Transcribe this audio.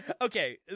Okay